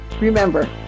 Remember